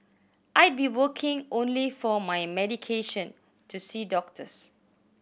I'd be working only for my medication to see doctors